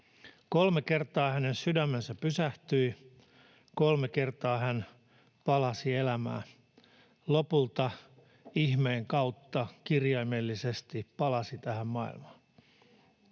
Kolme kertaa hänen sydämensä pysähtyi, kolme kertaa hän palasi elämään. Lopulta ihmeen kautta, kirjaimellisesti, hän palasi tähän maailmaan.